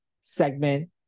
segment